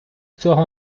цього